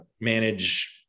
manage